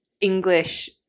english